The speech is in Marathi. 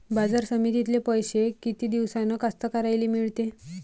बाजार समितीतले पैशे किती दिवसानं कास्तकाराइले मिळते?